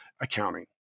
Accounting